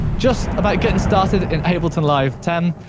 just about getting started in ableton live ten.